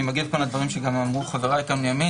אני מגיב גם על דברים שאמרו חבריי מימין.